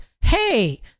Hey